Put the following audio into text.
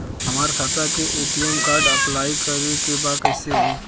हमार खाता के ए.टी.एम कार्ड अप्लाई करे के बा कैसे होई?